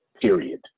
period